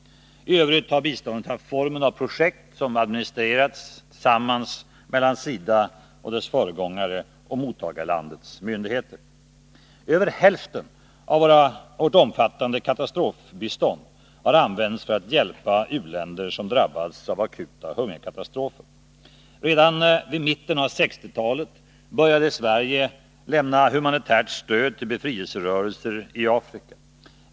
I övrigt har biståndet haft formen av projekt som administrerats gemensamt mellan SIDA och mottagarlandets myndigheter. Över hälften av vårt omfattande katastrofbistånd har använts för att hjälpa u-länder som drabbats av akuta hungerkatastrofer. Redan vid mitten av 1960-talet började Sverige lämna humanitärt stöd till befrielserörelser i Afrika.